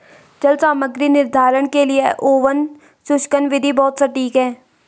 जल सामग्री निर्धारण के लिए ओवन शुष्कन विधि बहुत सटीक है